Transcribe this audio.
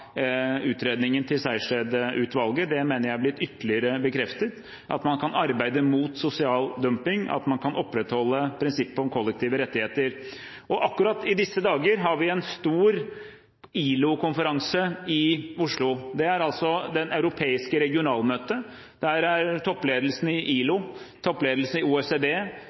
utredningen til Sejersted-utvalget. Jeg mener det er blitt ytterligere bekreftet at man kan arbeide mot sosial dumping, og at man kan opprettholde prinsippet om kollektive rettigheter. Akkurat i disse dager har vi en stor ILO-konferanse i Oslo. Det er det europeiske regionalmøtet. Der er toppledelsen i ILO, toppledelsen i OECD,